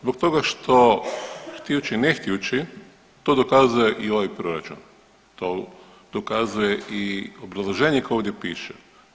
Zbog toga što htijući, ne htijući to dokazuje i ovaj proračun, to dokazuje i obrazloženje koje ovdje piše.